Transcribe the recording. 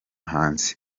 hanze